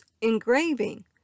engraving